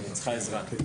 היא צריכה עזרה.